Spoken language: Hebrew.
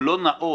או לא נאות,